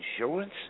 insurance